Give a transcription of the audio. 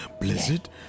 Blizzard